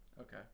Okay